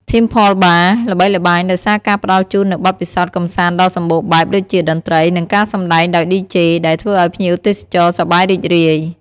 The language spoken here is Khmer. Temple Bar ល្បីល្បាញដោយសារការផ្ដល់ជូននូវបទពិសោធន៍កម្សាន្តដ៏សម្បូរបែបដូចជា តន្ត្រី និងការសម្តែងដោយឌីជេ ដែលធ្វើឲ្យភ្ញៀវទេសចរសប្បាយរីករាយ។